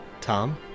Tom